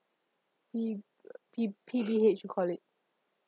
P P_D_H you call it